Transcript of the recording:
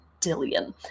Dillion